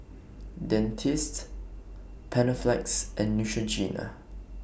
Dentiste Panaflex and Neutrogena